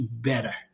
better